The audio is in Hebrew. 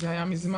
זה היה מזמן,